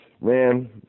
man